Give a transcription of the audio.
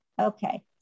Okay